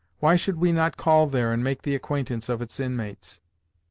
why should we not call there and make the acquaintance of its inmates?